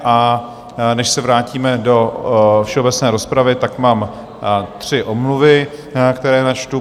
A než se vrátíme do všeobecné rozpravy, tak mám tři omluvy, které načtu.